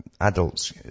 adults